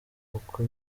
uko